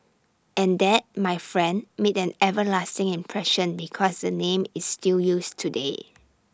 and that my friend made an everlasting impression because the name is still used today